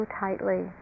tightly